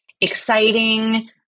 Exciting